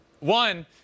One